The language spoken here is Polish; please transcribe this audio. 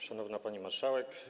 Szanowna Pani Marszałek!